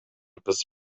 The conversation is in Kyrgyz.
кыз